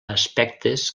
aspectes